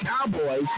Cowboys